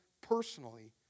personally